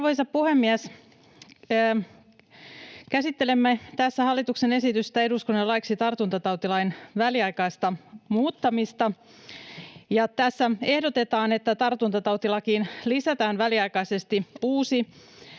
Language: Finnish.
Arvoisa puhemies! Käsittelemme tässä hallituksen esitystä eduskunnalle laiksi tartuntatautilain väliaikaisesta muuttamisesta. Tässä ehdotetaan, että tartuntatautilakiin lisätään väliaikaisesti uusi